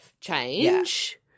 change